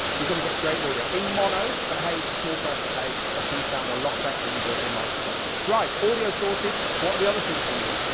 you're going to get great audio, in mono, but hey, it's a small price to pay. that's going to sound a lot better than the but built-in microphone. right, audio sorted, what are the other things we need?